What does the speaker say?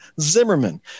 Zimmerman